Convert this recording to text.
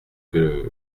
que